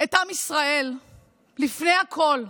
את עם ישראל לפני הכול,